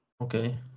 okay